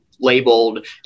labeled